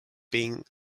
being